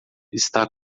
está